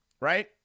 right